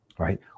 right